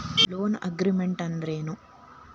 Loan agreement ಅಂದ್ರೇನು?